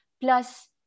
Plus